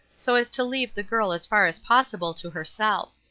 so as to leave the girl as far as possible to herself.